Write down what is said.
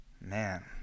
Man